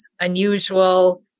unusual